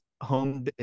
home